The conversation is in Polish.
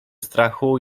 strachu